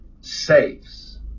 saves